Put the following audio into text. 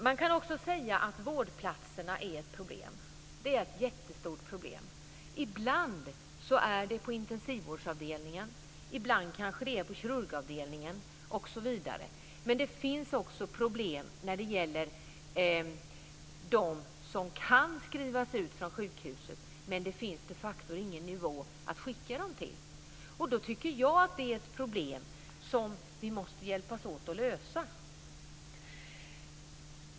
Man kan också säga att vårdplatserna är ett problem. Det är ett jättestort problem. Ibland är det problem på intensivvårdsavdelningen, ibland kanske det är på kirurgavdelningen. Men det finns också problem när det gäller de som kan skrivas ut från sjukhuset. Men det finns de facto ingen nivå att skicka dem till. Då tycker jag att det är ett problem som vi måste hjälpas åt att lösa.